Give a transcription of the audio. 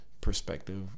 perspective